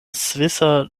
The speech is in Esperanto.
svisa